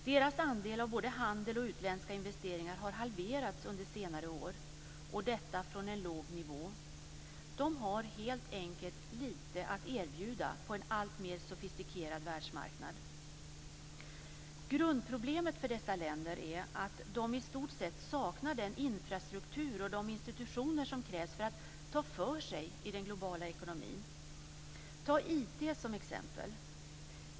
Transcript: Deras andel av både handel och utländska investeringar har halverats under senare år, och detta från en låg nivå. De har helt enkelt lite att erbjuda på en alltmer sofistikerad världsmarknad. Grundproblemet för dessa länder är att de i stort sett saknar den infrastruktur och de institutioner som krävs för att ta för sig i den globala ekonomin. Ta IT som exempel.